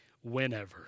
whenever